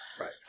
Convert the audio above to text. Right